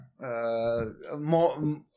more